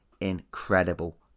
incredible